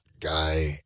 Guy